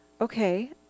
okay